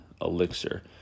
elixir